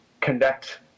connect